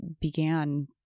began